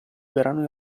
verano